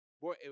Boy